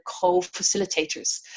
co-facilitators